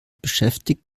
beschäftigt